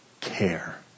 care